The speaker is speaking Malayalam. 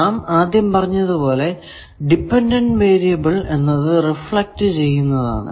നാം ആദ്യം പറഞ്ഞതുപോലെ ഡിപെൻഡന്റ് വേരിയബിൾ എന്നത് റിഫ്ലക്ട് ചെയ്യുന്നതാണ്